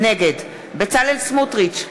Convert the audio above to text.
נגד בצלאל סמוטריץ,